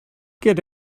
get